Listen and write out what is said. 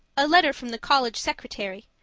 a letter from the college secretary.